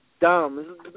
dumb